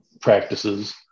practices